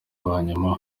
hanyuma